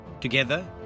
Together